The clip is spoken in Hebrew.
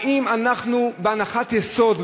האם אנחנו בהנחת יסוד,